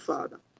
Father